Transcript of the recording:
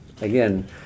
again